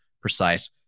precise